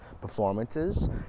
performances